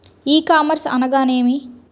ఈ కామర్స్ అనగా నేమి?